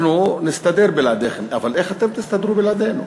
אנחנו נסתדר בלעדיכם, אבל איך אתם תסתדרו בלעדינו?